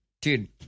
Dude